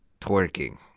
twerking